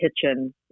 kitchen